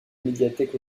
médiathèque